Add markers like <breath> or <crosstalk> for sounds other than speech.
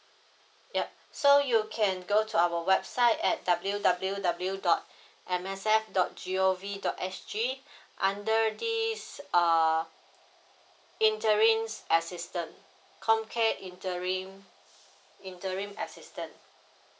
yup so you can go to our website at w w w dot <breath> M S F dot g o v dot s g <breath> under this err interim assistance comcare interim interim assistance